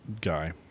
guy